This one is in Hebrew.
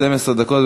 12 דקות.